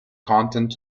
content